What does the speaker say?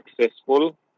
successful